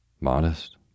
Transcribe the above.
Modest